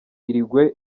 uruguay